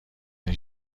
این